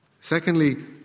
Secondly